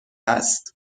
است